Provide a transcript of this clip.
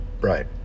right